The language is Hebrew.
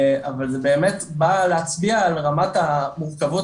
אבל זה באמת בא להצביע על רמת המורכבות